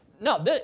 No